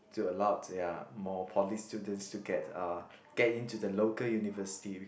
to allowed ya more poly students to get uh get in to the local university